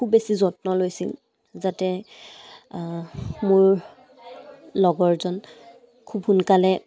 খুব বেছি যত্ন লৈছিল যাতে মোৰ লগৰজন খুব সোনকালে